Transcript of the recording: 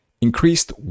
Increased